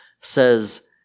says